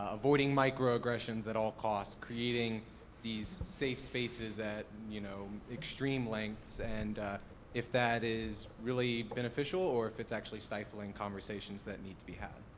avoiding microaggressions at all costs, creating these safe spaces at, you know, extreme lengths, and if that is really beneficial, or if it's actually stifling conversations that need to be had.